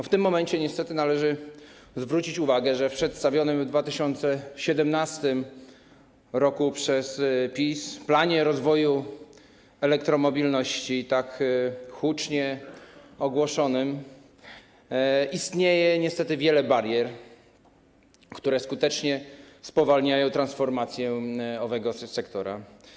W tym momencie niestety należy zwrócić uwagę, że zgodnie z przedstawionym w 2017 r. przez PiS planem rozwoju elektromobilności, tak hucznie ogłoszonym, istnieje niestety wiele barier, które skutecznie spowalniają transformację owego sektora.